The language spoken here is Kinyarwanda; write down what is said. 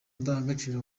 ndangagaciro